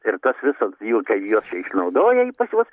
ir tas visas jau kai juos čia išnaudoja y pas juos